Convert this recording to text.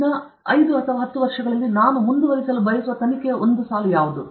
ಮುಂದಿನ 5 ರಿಂದ 10 ವರ್ಷಗಳಲ್ಲಿ ನಾನು ಮುಂದುವರಿಸಲು ಬಯಸುವ ತನಿಖೆಯ ಒಂದು ಸಾಲು ಯಾವುದು